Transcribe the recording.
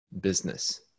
business